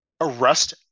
arrest